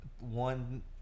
one